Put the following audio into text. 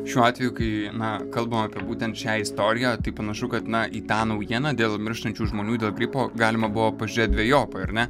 šiuo atveju kai na kalbam apie būtent šią istoriją tai panašu kad na į tą naujieną dėl mirštančių žmonių dėl gripo galima buvo pažiūrėt dvejopai ar ne